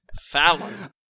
Fallon